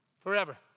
forever